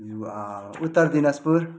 Uttar Dinajpur